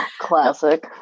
Classic